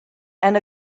and